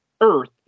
earth